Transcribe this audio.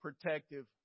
protective